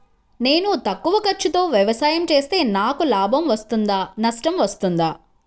నేను తక్కువ ఖర్చుతో వ్యవసాయం చేస్తే నాకు లాభం వస్తుందా నష్టం వస్తుందా?